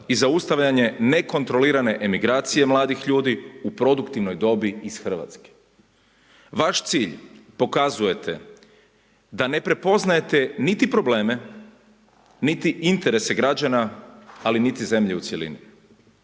i zaustavljanje nekontrolirane emigracije mladih ljudi u produktivnoj dobi iz Hrvatske. Vaš cilj pokazujete da ne prepoznajete niti probleme, niti interese građana ali niti zemlje u cjelini.